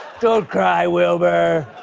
don't cry, wilbur.